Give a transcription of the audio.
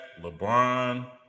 LeBron